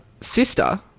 sister